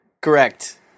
Correct